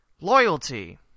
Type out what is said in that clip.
Loyalty